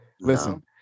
Listen